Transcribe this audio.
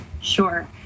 sure